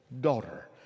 daughter